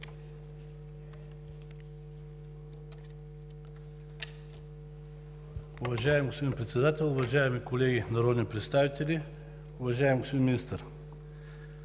Уважаеми господин Председател, уважаеми колеги народни представители, уважаеми господин Министър!